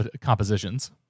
compositions